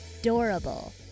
adorable